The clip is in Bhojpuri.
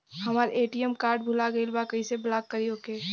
हमार ए.टी.एम कार्ड भूला गईल बा कईसे ब्लॉक करी ओके?